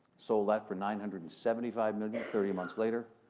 sold that for nine hundred and seventy five million thirty months later,